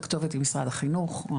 הכתובת היא משרד החינוך.